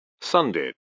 Sunday